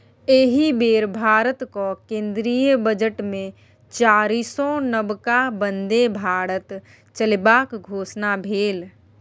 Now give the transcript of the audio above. एहि बेर भारतक केंद्रीय बजटमे चारिसौ नबका बन्दे भारत चलेबाक घोषणा भेल